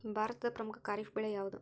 ಭಾರತದ ಪ್ರಮುಖ ಖಾರೇಫ್ ಬೆಳೆ ಯಾವುದು?